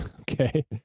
Okay